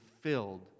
filled